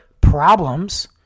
problems